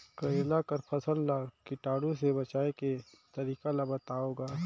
करेला कर फसल ल कीटाणु से बचाय के तरीका ला बताव ग?